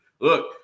Look